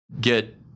Get